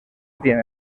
tiene